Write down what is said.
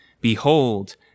Behold